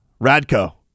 Radko